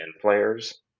players